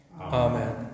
Amen